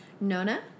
Nona